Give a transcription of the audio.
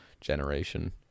generation